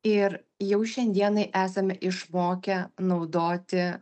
ir jau šiandienai esame išmokę naudoti